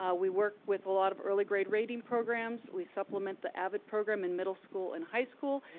ah we work with a lot of early grade rating programs. we supplement the avid program in middle school and high school,